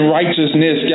righteousness